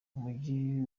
umujyi